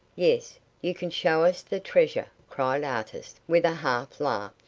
yes you can show us the treasure, cried artis, with a half-laugh.